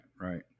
right